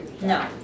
No